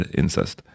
incest